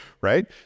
Right